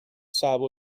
صعب